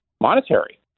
monetary